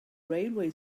railway